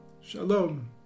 Shalom